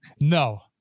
No